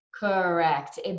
Correct